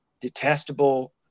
detestable